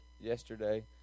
yesterday